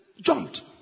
jumped